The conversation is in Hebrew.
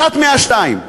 אחת מהשתיים: